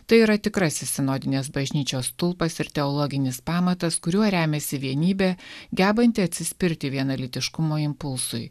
tai yra tikrasis sinodinės bažnyčios stulpas ir teologinis pamatas kuriuo remiasi vienybė gebanti atsispirti vienalytiškumo impulsui